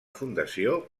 fundació